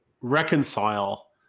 reconcile